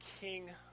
king